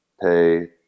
pay